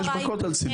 יש בכותל סידורים.